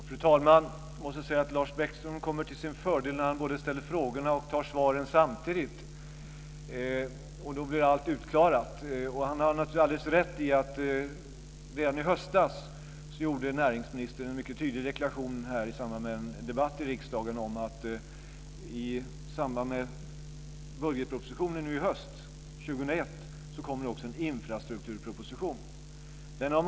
Fru talman! Jag måste säga att Lars Bäckström kommer till sin fördel när han både ställer frågorna och ger svaren samtidigt. Då blir allt utklarat. Han har naturligtvis alldeles rätt i att näringsministern redan i höstas gjorde en mycket tydlig deklaration i samband med en debatt i riksdagen om att i samband med budgetpropositionen nu i höst 2001 kommer också en infrastrukturproposition att läggas fram.